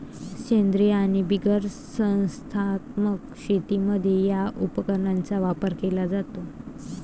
सेंद्रीय आणि बिगर संस्थात्मक शेतीमध्ये या उपकरणाचा वापर केला जातो